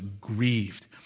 grieved